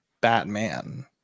Batman